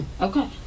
Okay